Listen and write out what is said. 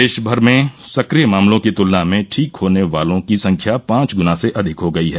देशमर में सक्रिय मामलों की तुलना में ठीक होने वालों की संख्या पांच गुना से अधिक हो गई है